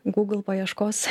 gūgl paieškos